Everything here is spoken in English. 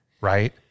right